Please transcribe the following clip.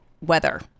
weather